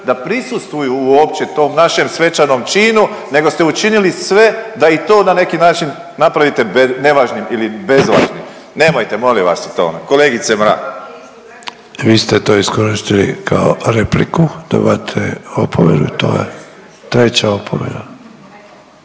da prisustvuju uopće tom našem svečanom činu nego ste učinili sve da i to na neki način napravite nevažnim ili bezvažnim nemojte molim vas o tome kolegice Mrak. **Sanader, Ante (HDZ)** Vi ste to iskoristili kao repliku dobivate opomenu, to je treća opomena.